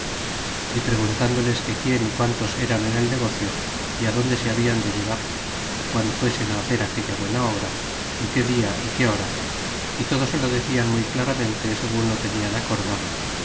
y preguntándoles que quien y quan tos eran en el negocio e adónde se habitan de llegar guando fuesen á hacer aquella buena obra é qué dia que hora y todo se lo decian muy claramente segun lo tenian acordado